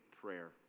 prayer